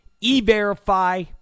E-verify